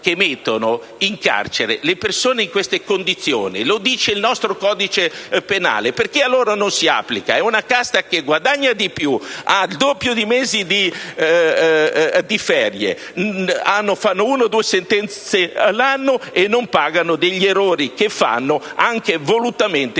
che mettono in carcere le persone in queste condizioni: lo dice il nostro codice penale. Perché allora non si applica? Si tratta di una casta di persone che guadagna di più, hanno il doppio di mesi di ferie, fanno una o due sentenze l'anno e non pagano per gli errori che fanno, anche volutamente,